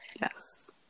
Yes